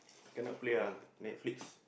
cannot play ah Netflix